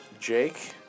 Jake